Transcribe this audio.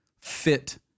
fit